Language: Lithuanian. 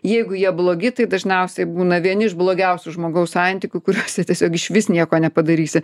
jeigu jie blogi tai dažniausiai būna vieni iš blogiausių žmogaus santykių kuriuose tiesiog išvis nieko nepadarysi